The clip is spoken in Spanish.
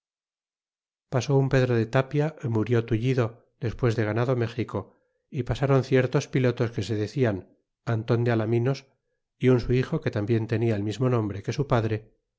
pasó un pedro de tapia y murió tullido despues de ganado méxico é pasron ciertos pilotos que se decian anton de alaminos é un su hijo que tambien tenia el mismo nombre que su padre